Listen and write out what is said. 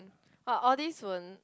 but all these won't